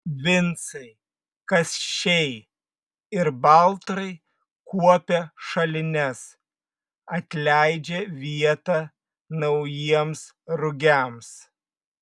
vincai kasčiai ir baltrai kuopia šalines atleidžia vietą naujiems rugiams